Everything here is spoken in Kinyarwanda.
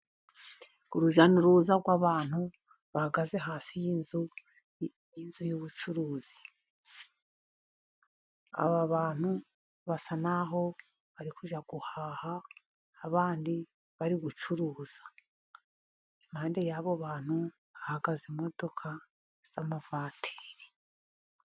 Urujya n'uruza rw'abantu bahagaze hasi y'inzu y'ubucuruzi. Aba bantu basa naho bari kujya guhaha, abandi bari gucuruza. Impande y'abo bantu hagaze imodoka z'amavatiri.